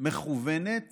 מכוונת